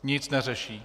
Nic neřeší.